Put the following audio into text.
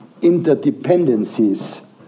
interdependencies